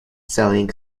selling